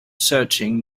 searching